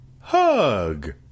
Hug